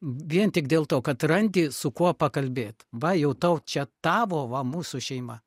vien tik dėl to kad randi su kuo pakalbėt va jau tau čia tavo va mūsų šeima